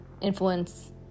influence